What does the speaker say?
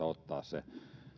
ottaa se